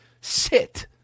sit